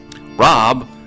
Rob